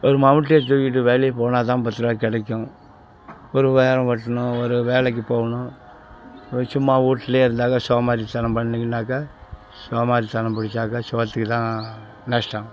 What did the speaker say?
ஒரு மம்பட்டிய தூக்கிகிட்டு வேலைக்கு போனால் தான் பத்துரூவா கிடைக்கும் ஒரு வேலை மட்டும்தான் ஒரு வேலைக்கு போகணும் சும்மா வீட்லயே இருந்தாலும் சோம்பேறிதனம் பண்ணிங்கனாக்கா சோம்பேறிதனம் பிடிச்சாக்கா சோற்றுக்கு தான் நஷ்டம்